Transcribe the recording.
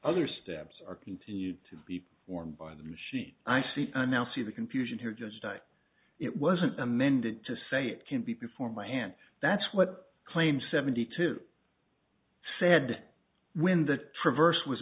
other steps are continued to be performed by the machine i see a now see the confusion here just died it wasn't amended to say it can't be before my hand that's what claim seventy two said when the traverse was